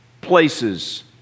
places